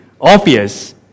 obvious